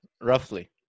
roughly